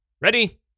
ready